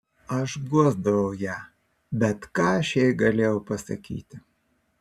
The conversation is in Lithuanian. aš guosdavau ją bet ką aš jai galėjau pasakyti